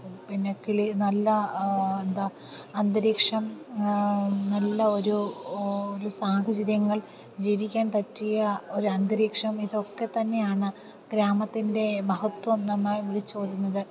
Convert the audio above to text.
പിന്നെ കിളി നല്ല എന്ത അന്തരീക്ഷം നല്ല ഒരു സാഹചര്യങ്ങൾ ജീവിക്കാൻ പറ്റിയ ഒരു അന്തരീക്ഷം ഇതൊക്കെ തന്നെയാണ് ഗ്രാമത്തിൻ്റെ മഹത്വം നമ്മെ വിളിച്ചു ഓതുന്നത്